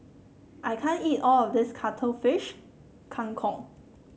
I can't eat all of this Cuttlefish Kang Kong